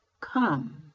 come